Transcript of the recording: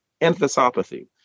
enthesopathy